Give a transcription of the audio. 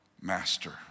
master